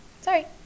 Sorry